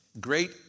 Great